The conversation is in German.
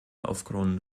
aufgrund